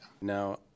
Now